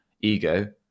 ego